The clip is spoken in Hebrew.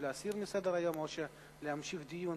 האם להסיר מסדר-היום או להמשיך דיון